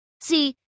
See